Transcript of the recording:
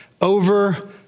over